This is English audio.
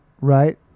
right